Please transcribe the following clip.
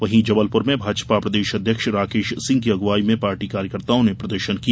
वहीं जबलपुर में भाजपा प्रदेश अध्यक्ष राकेश सिंह की अगुवाई में पार्टी कार्येकर्ताओं ने प्रदर्शन किया